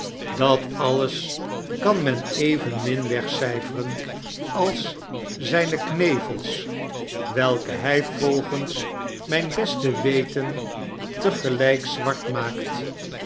dat alles kan men evenmin wegcyferen als zyne knevels welke hy volgens mijn beste weten tegelyk zwart maakt